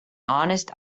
honest